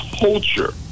culture